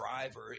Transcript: driver